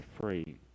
free